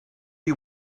you